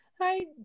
hi